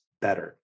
better